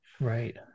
Right